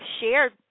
shared